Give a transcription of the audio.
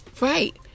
Right